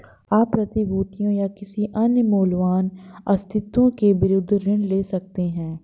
आप प्रतिभूतियों या किसी अन्य मूल्यवान आस्तियों के विरुद्ध ऋण ले सकते हैं